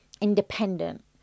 independent